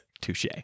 Touche